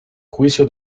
juicio